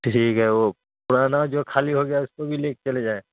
ٹھیک ہے وہ پرانا جو خالی ہو گیا ہے اس کو بھی لے کے چلے جائیں